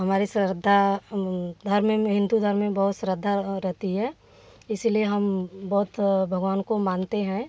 हमारी श्रद्धा धर्म में हिंदू धर्म में बहुत श्रद्धा रहती है इसीलिए हम बहुत भगवान को मानते हैं